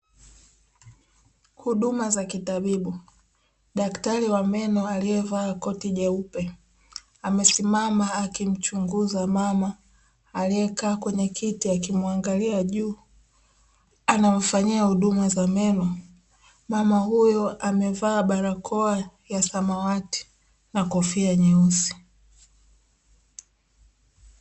Huduma za kitabibu, daktari wa meno aliyevalia koti jeupe, amesimama akimchunguza mama aliyekaa kwenye kiti, akimuangalia juu, anamfanyia huduma ya meno. Mama huyo amevalia barakoa ya samawati na kofia nyeusi.